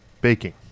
Baking